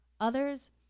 others